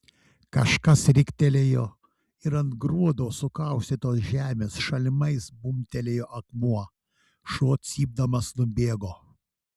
kažkas riktelėjo ir ant gruodo sukaustytos žemės šalimais bumbtelėjo akmuo šuo cypdamas nubėgo